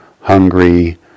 hungry